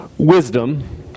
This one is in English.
Wisdom